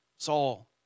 Saul